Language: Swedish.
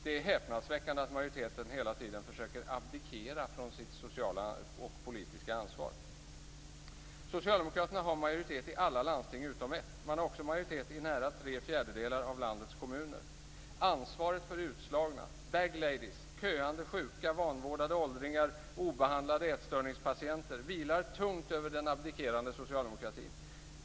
Det är häpnadsväckande att majoriteten hela tiden försöker abdikera från sitt sociala och politiska ansvar. Socialdemokraterna har majoritet i alla landsting utom ett. Man har också majoritet i nära tre fjärdedelar av landets kommuner. Ansvaret för utslagna, bag ladies, köande sjuka, vanvårdade åldringar och obehandlade ätstörningspatienter vilar tungt över den abdikerande socialdemokratin.